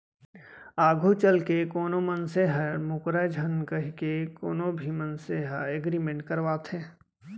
आघू चलके कोनो मनसे ह मूकरय झन कहिके कोनो भी मनसे ह एग्रीमेंट करवाथे